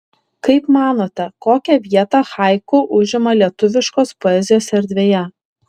kaip manote kokią vietą haiku užima lietuviškos poezijos erdvėje